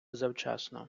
завчасно